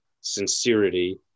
sincerity